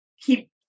keep